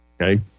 Okay